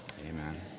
Amen